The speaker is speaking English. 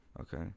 Okay